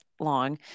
long